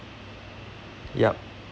yup